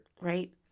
right